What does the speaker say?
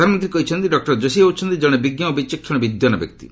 ପ୍ରଧାନମନ୍ତ୍ରୀ କହିଛନ୍ତି ଡକ୍ଟର ଯୋଶୀ ହେଉଛନ୍ତି ଜଣେ ବିଜ୍ଞ ଓ ବିଚକ୍ଷଣ ବିଦ୍ୱାନ ବ୍ୟକ୍ତି